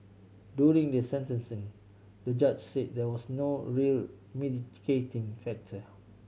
during the sentencing the judge said there was no real mitigating factor